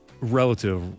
Relative